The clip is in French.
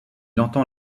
entend